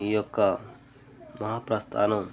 ఈ యొక్క మహాప్రస్థానం